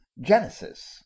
Genesis